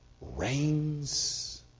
reigns